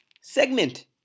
segment